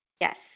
Yes